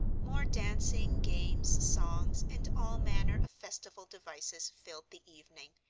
more dancing, games, songs, and all manner of festival devices filled the evening,